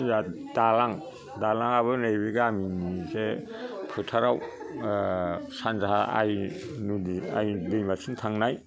जा दालां दालाङाबो नैबे गामिनि एसे फोथाराव सानजाहा आइ नदि आइ दैमाथि थांनाय